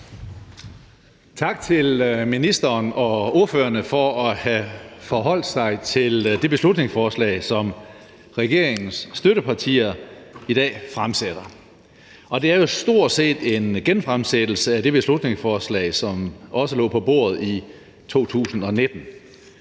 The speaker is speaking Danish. Tak til ministeren og ordførerne for at have forholdt sig til det beslutningsforslag, som regeringens støttepartier i dag fremsætter. Det er jo stort set en genfremsættelse af det beslutningsforslag, som også lå på bordet i 2019.